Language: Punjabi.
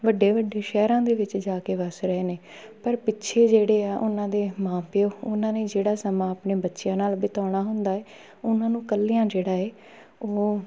ਵੱਡੇ ਵੱਡੇ ਸ਼ਹਿਰਾਂ ਦੇ ਵਿੱਚ ਜਾ ਕੇ ਵੱਸ ਰਹੇ ਨੇ ਪਰ ਪਿੱਛੇ ਜਿਹੜੇ ਆ ਉਹਨਾਂ ਦੇ ਮਾਂ ਪਿਓ ਉਹਨਾਂ ਨੇ ਜਿਹੜਾ ਸਮਾਂ ਆਪਣੇ ਬੱਚੇ ਨਾਲ ਬਿਤਾਉਣਾ ਹੁੰਦਾ ਹੈ ਉਹਨਾਂ ਨੂੰ ਇਕੱਲਿਆਂ ਜਿਹੜਾ ਹੈ ਉਹ